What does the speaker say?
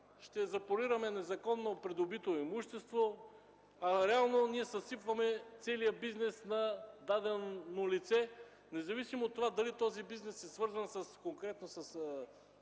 ще запорираме незаконно придобито имущество, а реално ние съсипваме целия бизнес на дадено лице, независимо от това дали този бизнес е свързан конкретно с